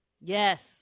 Yes